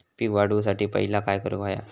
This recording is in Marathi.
पीक वाढवुसाठी पहिला काय करूक हव्या?